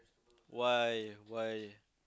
why why